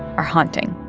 are haunting.